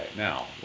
Now